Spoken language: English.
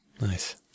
Nice